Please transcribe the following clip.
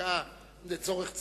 הפקעה לצורך ציבור,